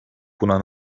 buna